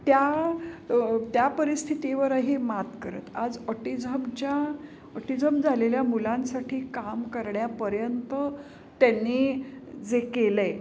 त्या त्या परिस्थितीवरही मात करत आज ऑटिझमच्या ऑटिझम झालेल्या मुलांसाठी काम करण्यापर्यंत त्यांनी जे केलं आहे